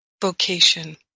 vocation